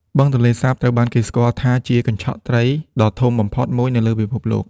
បឹងទន្លេសាបត្រូវបានគេស្គាល់ថាជា កញ្ឆក់ត្រី ដ៏ធំបំផុតមួយនៅលើពិភពលោក។